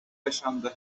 yaşandı